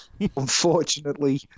Unfortunately